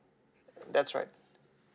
that's right